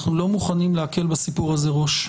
אנחנו לא מוכנים להקל בסיפור הזה ראש.